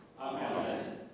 Amen